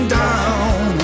down